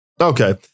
Okay